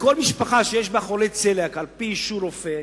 לכל משפחה שיש בה חולה צליאק, על-פי אישור רופא,